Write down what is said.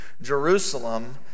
jerusalem